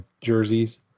jerseys